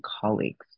colleagues